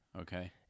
Okay